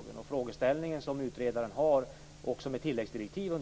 Utredarens frågeställning, som under våren också har getts i ett tilläggsdirektiv,